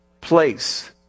place